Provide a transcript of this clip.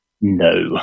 No